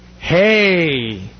hey